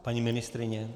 Paní ministryně?